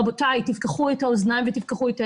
רבותיי, תפקחו את האוזניים ותפקחו את העיניים.